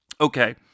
Okay